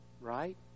Right